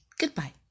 Goodbye